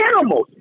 animals